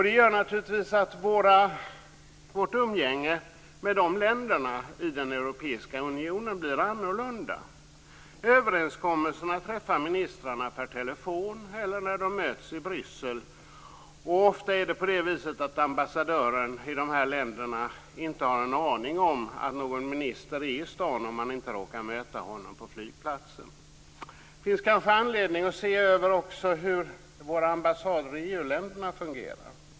Det gör naturligtvis att vårt umgänge med medlemsländerna blir annorlunda. Ministrarna träffar överenskommelser per telefon eller också möts de i Bryssel. Ofta har inte ambassadören i dessa länder en aning om att någon minister är i stan, om de inte råkar mötas på flygplatsen. Det finns kanske anledning att se över också hur våra ambassader i EU-länderna fungerar.